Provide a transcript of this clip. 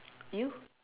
you